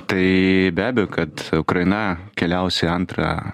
tai be abejo kad ukraina keliaus į antrą